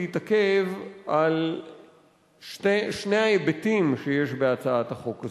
להתעכב על שני ההיבטים שיש בהצעת החוק הזאת.